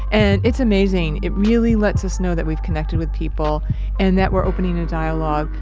and, it's amazing. it really lets us know that we've connected with people and that we're opening a dialogue,